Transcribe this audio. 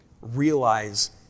Realize